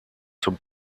zum